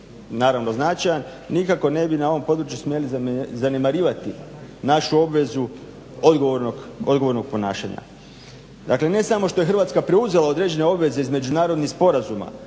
naravno značajan nikako ne bi na ovom području smjeli zanemarivati našu obvezu odgovornog ponašanja. Dakle ne samo što je Hrvatska preuzela određene obveze iz međunarodnih sporazuma